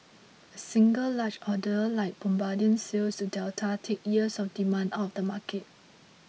a single large order like Bombardier's sales to Delta takes years of demand out of the market